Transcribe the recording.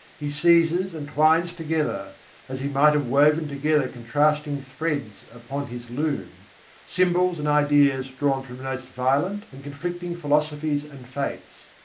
he seizes and twines together as he might have woven together contrasting threads upon his loom symbols and ideas drawn from the most violent and conflicting philosophies and faiths.